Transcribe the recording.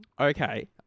Okay